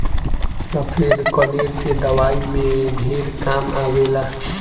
सफ़ेद कनेर के दवाई में ढेर काम आवेला